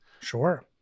Sure